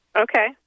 Okay